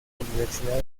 universidad